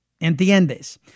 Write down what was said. Entiendes